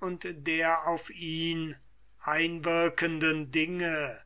und der auf ihn einwirkenden dinge